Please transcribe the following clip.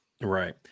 Right